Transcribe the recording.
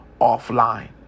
offline